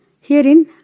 Herein